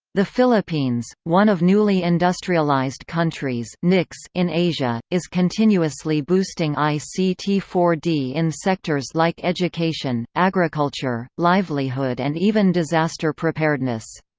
the philippines, one of newly industrialized countries in asia, is continuously boosting i c t four d in sectors like education, agriculture, livelihood and even disaster preparedness.